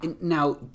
now